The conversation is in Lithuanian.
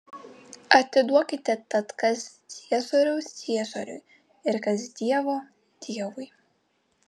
atiduokite tad kas ciesoriaus ciesoriui ir kas dievo dievui